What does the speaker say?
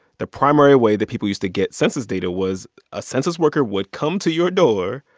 the primary way that people used to get census data was a census worker would come to your door,